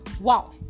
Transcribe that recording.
Wow